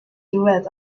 duet